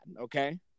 okay